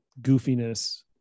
goofiness